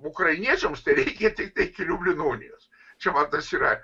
ukrainiečiams tereikia tiktai iki liublino unijos čia man tas yra